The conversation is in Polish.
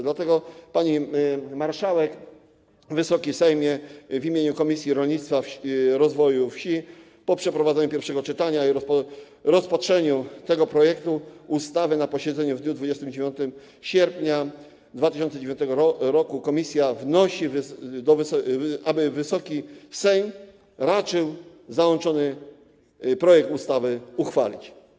Dlatego, pani marszałek, Wysoki Sejmie, w imieniu Komisji Rolnictwa i Rozwoju Wsi, po przeprowadzeniu pierwszego czytania i rozpatrzeniu tego projektu ustawy na posiedzeniu w dniu 29 sierpnia 2019 r., wnoszę, aby Wysoki Sejm raczył załączony projekt ustawy uchwalić.